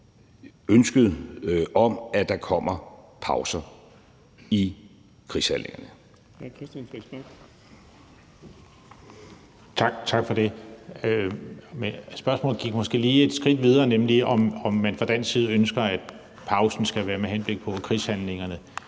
ønsket om, at der kommer pauser i krigshandlingerne.